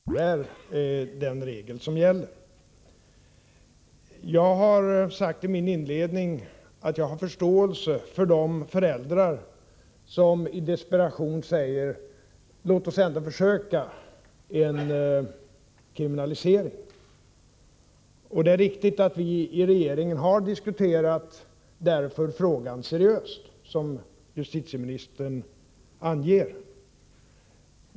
Herr talman! Jag konstaterar att Björn Körlof gjorde sig skyldig till en felsägning, så att han faktiskt hamnade på rätt ståndpunkt, nämligen: Bruk är inte kriminaliserat, innehav är det. Det är den regeln som gäller. Jag sade i mitt inledningsanförande att jag har förståelse för de föräldrar som i desperation säger: Låt oss ändå försöka med en kriminalisering! Det är riktigt att vi i regeringen därför seriöst har diskuterat frågan, såsom justitieministern anger.